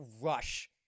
rush